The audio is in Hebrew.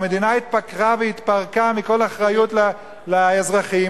המדינה התפקרה והתפרקה מכל אחריות לאזרחים.